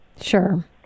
Sure